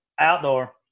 outdoor